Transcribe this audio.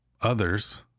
others